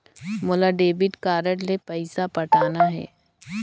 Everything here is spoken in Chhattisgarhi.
मोला डेबिट कारड ले पइसा पटाना हे?